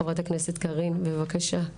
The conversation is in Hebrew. חה"כ קארין אלהרר, בבקשה.